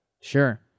Sure